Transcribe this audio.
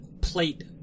plate